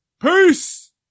Peace